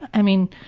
i mean,